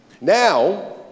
Now